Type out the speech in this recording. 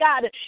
God